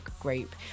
group